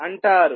అంటారు